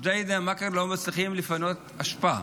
ג'דיידה-מכר לא מצליחים לפנות אשפה.